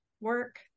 work